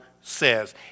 says